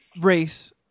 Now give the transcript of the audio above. race